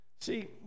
See